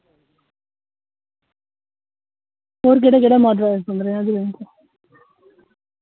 और केह्ड़ा केह्ड़ा माडल ऐ दस पंदरां ज्हार दी रेंज च